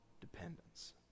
dependence